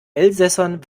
elsässern